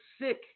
sick